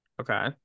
Okay